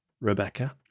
Rebecca